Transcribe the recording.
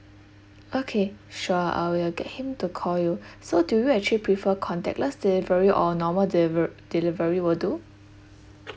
okay sure I will get him to call you so do you actually prefer contactless delivery or normal delive~ delivery will do